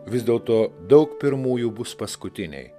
vis dėlto daug pirmųjų bus paskutiniai